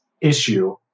issue